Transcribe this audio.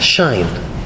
Shine